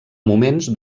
moments